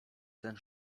ten